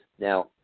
now